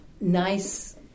nice